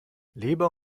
leber